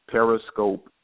Periscope